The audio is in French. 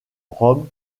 rome